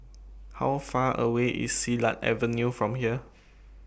How Far away IS Silat Avenue from here